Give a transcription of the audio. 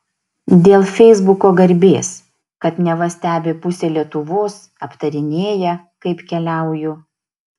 dėl feisbuko garbės kad neva stebi pusė lietuvos aptarinėja kaip keliauju